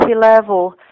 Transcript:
level